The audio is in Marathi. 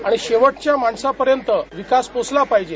आणि शेवटच्या माणसापर्यंत विकास पोगचला पाहिजे